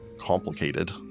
complicated